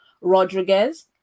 Rodriguez